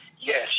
yes